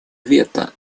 вето